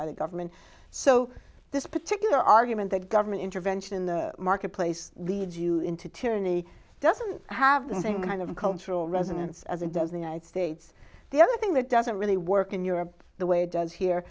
by the government so this particular argument that government intervention in the marketplace leads you into tyranny doesn't have the same kind of cultural resonance as it does the united states the other thing that doesn't really work in europe the way it does here